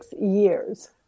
years